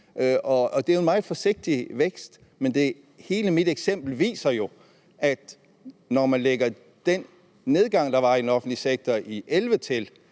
Det er en meget forsigtig vækst, men hele mit eksempel viser jo, at når man lægger den nedgang, der var i den offentlige sektor i 2011, til,